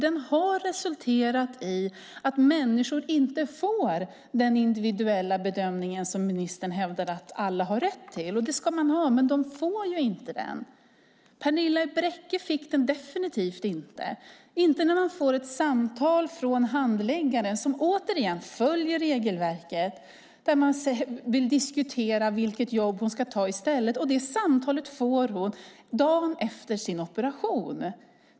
Den har resulterat i att människor inte får den individuella bedömning som ministern hävdar att alla har rätt till. Det ska de ha, men de får den inte. Pernilla i Bräcke fick den definitivt inte - inte när hon fick samtal från handläggaren som följde regelverket och ville diskutera vilket jobb Pernilla skulle ta i stället. Det samtalet fick hon dagen efter sin operation.